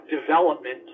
development